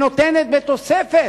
והיא נותנת בתוספת,